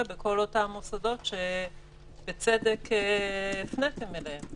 בכל אותם מוסדות שבצדק הפניתם אליהם.